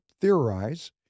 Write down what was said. theorize